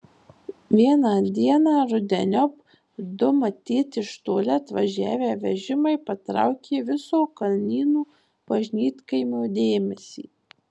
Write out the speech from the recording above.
vieną dieną rudeniop du matyt iš toli atvažiavę vežimai patraukė viso kalnynų bažnytkaimio dėmesį